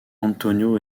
antonio